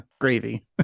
gravy